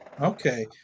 Okay